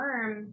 worm